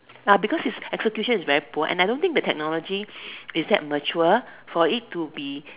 ya because his execution is very poor and I don't think the technology is that mature for it to be